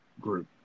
group